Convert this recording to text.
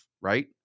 Right